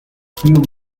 kiu